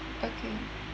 okay